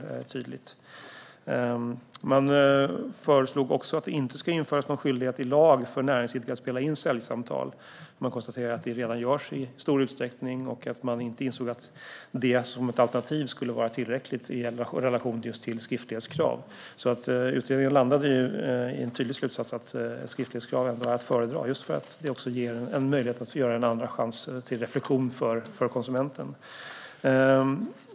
Utredningen föreslog också att det inte ska införas någon skyldighet i lag för näringsidkare att spela in säljsamtal. Man konstaterade att det redan görs i stor utsträckning men att det som alternativ till skriftlighetskrav inte är tillräckligt. Utredningen landade i en tydlig slutsats att skriftlighetskrav är att föredra eftersom det ger konsumenten en andra chans till reflektion.